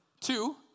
Two